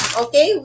okay